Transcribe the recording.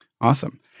Awesome